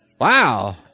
Wow